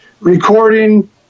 Recording